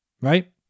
Right